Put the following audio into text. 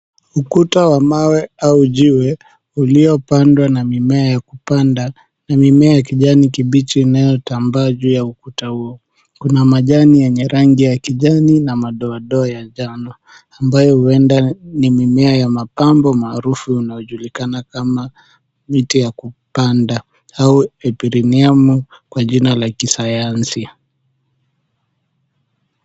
Ukuta wa mawe au jiwe uliopandwa na mimea ya kupanda na mimea ya kijani kibichi inayotambaa juu ya ukuta huo. Kuna majani yenye rangi ya kijani na madoadoa ya njano ambayo huenda ni mimea ya mapambo maarufu unaojulikana kama miti ya kupanda au Epiriniamu kwa jina la kisayansi.